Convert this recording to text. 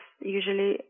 usually